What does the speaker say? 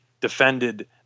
defended